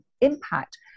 impact